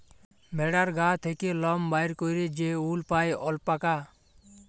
ভেড়ার গা থ্যাকে লম বাইর ক্যইরে যে উল পাই অল্পাকা